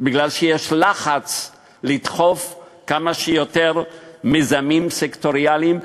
משום שיש לחץ לדחוף כמה שיותר מיזמים סקטוריאליים,